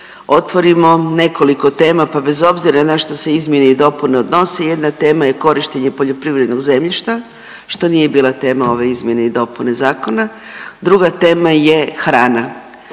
otvorimo nekoliko tema, pa bez obzira na što se izmjene i dopune odnose jedna tema je korištenje poljoprivrednog zemljišta što nije bila tema ove izmjene i dopune zakona. Druga tema je hrana,